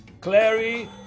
Clary